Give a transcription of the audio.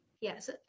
Yes